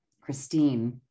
Christine